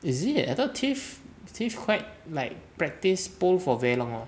is it I thought tiff tiff quite like practice pole for very long oh